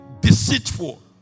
deceitful